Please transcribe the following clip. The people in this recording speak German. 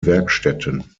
werkstätten